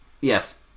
yes